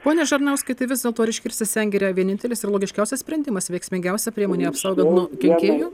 pone černiauskai tai vis dėlto ar iškirsti sengirę vienintelis ir logiškiausias sprendimas veiksmingiausia priemonė apsaugot nuo kenkėjų